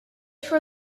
for